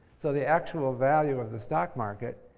so, the actual value of the stock market,